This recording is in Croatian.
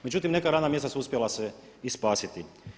Međutim, neka radna mjesta su uspjela se i spasiti.